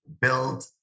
Build